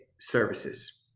services